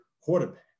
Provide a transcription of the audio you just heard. quarterback